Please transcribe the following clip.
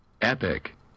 epic